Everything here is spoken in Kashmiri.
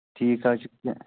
ٹھیٖک حظ چھُ